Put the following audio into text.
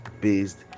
based